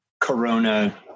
Corona